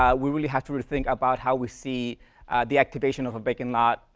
um we really have to rethink about how we see the activation of a vacant lot,